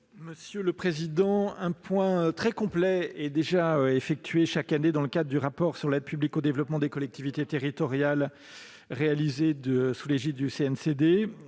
commission ? Un point très complet est déjà effectué chaque année dans le cadre du rapport sur l'aide publique au développement des collectivités territoriales réalisé sous l'égide de la CNCD.